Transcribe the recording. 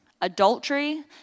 adultery